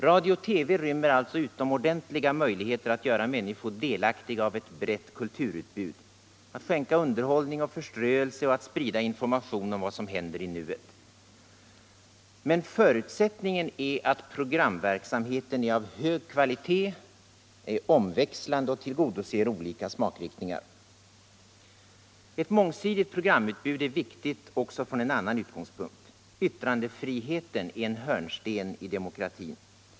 Radio och TV rymmer alltså utomordentliga möjligheter att göra människor delaktiga av ett brett kulturutbud, att skänka underhållning och förströelse och att sprida information om vad som händer i nuet. Men förutsättningen är att programverksamheten är av hög kvalitet, är omväxlande och tillgodoser olika smakriktningar. Ett mångsidigt programutbud är viktigt också från en annan utgångspunkt. Yttrandefriheten är en hörnsten i demokratin.